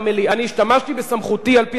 ואני השתמשתי בסמכותי על-פי התקנון,